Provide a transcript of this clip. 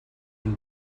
and